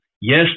yes